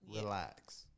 relax